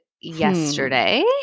yesterday